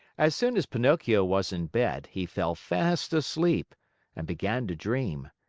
as soon as pinocchio was in bed, he fell fast asleep and began to dream.